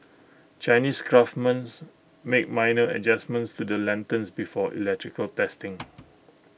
Chinese craftsmen make minor adjustments to the lanterns before electrical testing